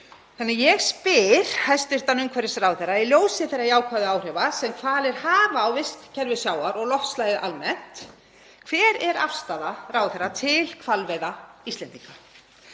fisks. Ég spyr hæstv. umhverfisráðherra, í ljósi þeirra jákvæðu áhrifa sem hvalir hafa á vistkerfi sjávar og loftslagið almennt: Hver er afstaða ráðherra til hvalveiða Íslendinga?